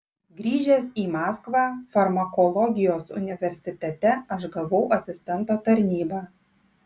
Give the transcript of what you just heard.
grįžęs į maskvą farmakologijos universitete aš gavau asistento tarnybą